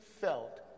felt